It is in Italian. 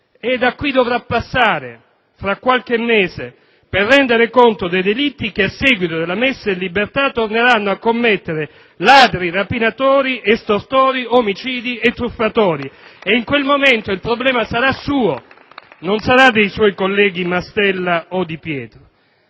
Da qui dovrà passare, fra qualche mese, per rendere conto dei delitti che a seguito della messa in libertà torneranno a commettere ladri, rapinatori, estortori, omicidi e truffatori. *(Applausi dal Gruppo* *AN)*. In quel momento il problema sarà suo, non dei suoi colleghi Mastella o Di Pietro,